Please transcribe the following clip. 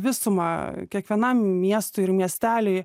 visumą kiekvienam miestui ir miesteliui